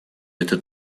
этот